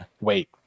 wait